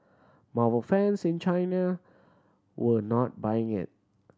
Marvel fans in China were not buying it